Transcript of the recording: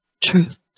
truth